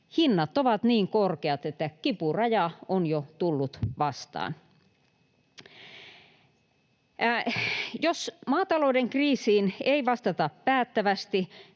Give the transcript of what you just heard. hinnat ovat niin korkeat, että kipuraja on jo tullut vastaan. Jos maatalouden kriisiin ei vastata päättävästi,